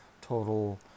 total